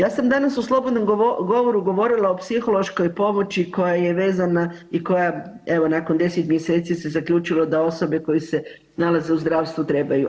Ja sam danas u slobodnom govoru govorila o psihološkoj pomoći koja je vezana i koja evo nakon 10 mjeseci se zaključilo da osobe koje se nalaze u zdravstvu trebaju.